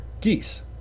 Geese